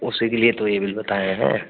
उसी के लिए तो एविल बताए हैं